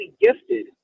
gifted